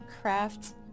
craft